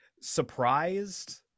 surprised